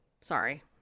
Sorry